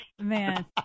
Man